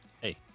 Hey